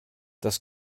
das